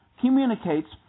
communicates